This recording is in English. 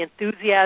enthusiasm